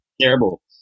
Terrible